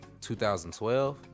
2012